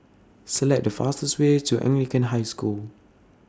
Select The fastest Way to Anglican High School